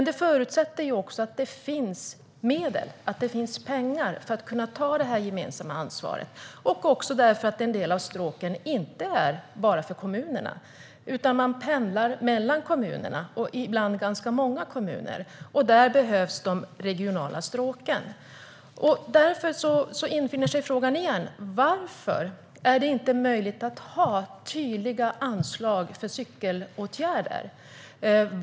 Det förutsätter också att det finns medel, pengar, för att kunna ta det gemensamma ansvaret. Det är också för att en del av stråken inte bara är för kommunerna. Människor pendlar mellan kommunerna, och ibland ganska många kommuner. Där behövs de regionala stråken. Frågan infinner sig igen. Varför är det inte möjligt att ha tydliga anslag för cykelåtgärder?